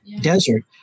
Desert